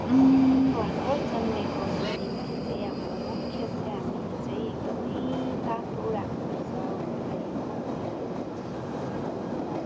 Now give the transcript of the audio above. भर्खर जन्मेको नानीलाई चाहिँ अब मुख्य चाहिँ हामीले चाहिँ एकदमै तातो राख्नुपर्छ उनीहरूलाई होइन एकदमै चिसोमा राख्नुहुँदैन